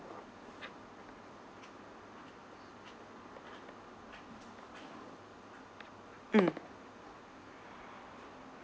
mm